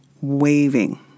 waving